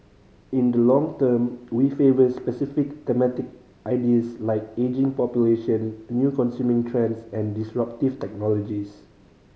in the long term we favour specific thematic ideas like ageing population new consuming trends and disruptive technologies